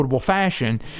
fashion